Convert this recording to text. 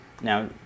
now